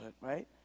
right